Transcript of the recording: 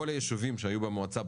כל הישובים שהיו במועצה,